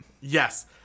Yes